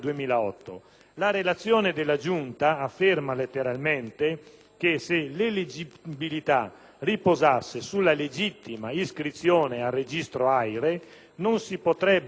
che se l'eleggibilità riposasse sulla legittima iscrizione al registro AIRE non si potrebbe che concludere che il seggio del senatore Di Girolamo non è contestabile.